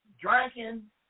Drinking